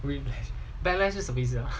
backlash 是什么意思 ah